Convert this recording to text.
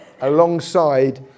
alongside